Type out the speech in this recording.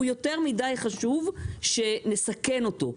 הוא יותר מידי חשוב שנסכן אותו,